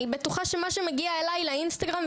אני בטוחה שמגיע אליי לאינסטגרם,